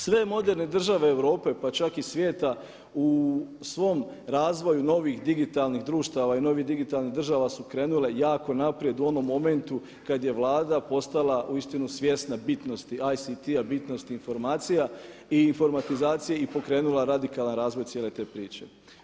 Sve moderne države Europe pa čak i svijeta u svom razvoju novih digitalnih društava i novih digitalnih država su krenule jako naprijed u onom momentu kad je Vlada postala uistinu svjesna bitnosti ICT-a, bitnosti informacija i informatizacije i pokrenula radikalan razvoj cijele te priče.